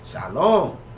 Shalom